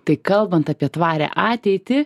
tai kalbant apie tvarią ateitį